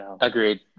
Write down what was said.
agreed